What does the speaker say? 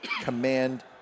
command